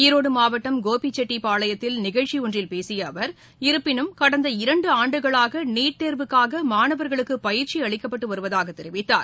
ஈரோடு மாவட்டம் கோபிச்செட்டிப்பாளையத்தில் நிகழ்ச்சி ஒன்றில் பேசிய அவர் இருப்பினும் கடந்த இரண்டாண்டுகளாக நீட் தேர்வுக்காக மாணவர்களுக்கு பயிற்சி அளிக்கப்பட்டு வருவதாக தெரிவித்தார்